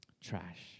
trash